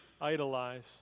idolize